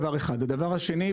דבר שני,